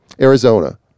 Arizona